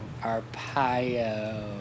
Arpaio